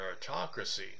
meritocracy